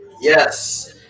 yes